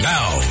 Now